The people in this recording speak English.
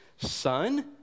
son